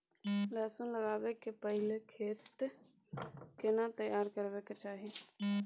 लहसुन लगाबै के पहिले खेत केना तैयार करबा के चाही?